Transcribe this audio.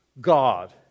God